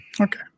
Okay